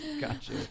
gotcha